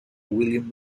william